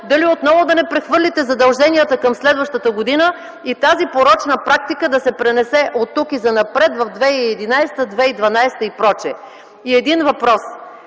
дали отново да не прехвърлите задълженията към следващата година и тази порочна практика да се пренесе оттук и занапред в 2011, 2012 г. и пр. И един въпрос.